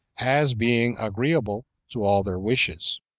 as being agreeable to all their wishes